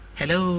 hello